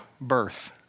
birth